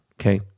okay